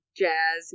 jazz